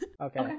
Okay